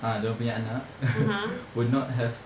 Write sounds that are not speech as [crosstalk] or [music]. ah dia orang punya anak [laughs] will not have